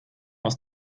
aus